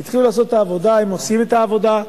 הם עושים את העבודה.